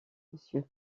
monsieur